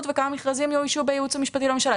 וכמה מכרזים יאוישו בייעוץ המשפטי לממשלה.